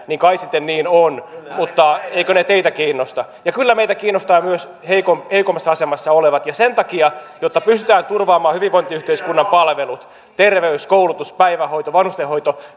niin kai sitten niin on mutta eivätkö ne teitä kiinnosta ja kyllä meitä kiinnostavat myös heikommassa asemassa olevat ja sen takia että pystytään turvaamaan hyvinvointiyhteiskunnan palvelut terveys koulutus päivähoito vanhustenhoito